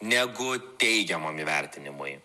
negu teigiamam įvertinimui